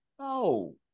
No